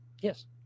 Yes